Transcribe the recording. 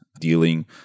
dealing